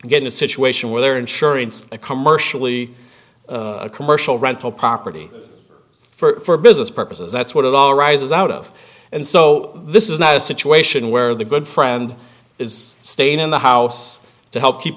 get in a situation where their insurance a commercially a commercial rental property for business purposes that's what it all arises out of and so this is not a situation where the good friend is staying in the house to help keep